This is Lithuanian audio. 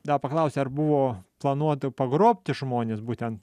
dar paklausia ar buvo planuota pagrobti žmones būtent